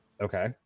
Okay